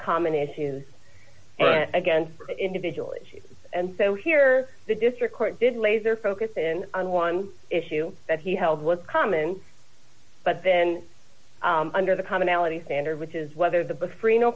common issues against the individual and so here the district court did laser focus in on one issue that he held was common but then under the commonality standard which is whether the book free no